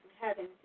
heaven